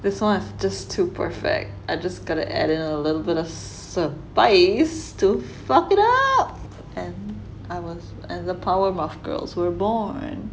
this one is just too perfect I just gotta add in a little bit of spice to fuck it up and I was and the power puff girls were born